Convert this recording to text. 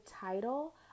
title